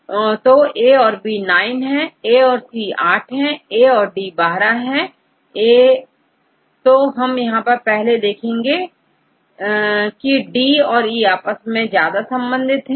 तो A और B nine है A और C आठ हैA और D बारह है A तो यहां हम देखते हैं की डी औरE आपस में ज्यादा पास है